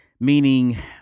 meaning